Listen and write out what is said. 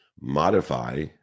modify